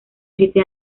siete